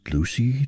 Lucy